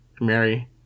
mary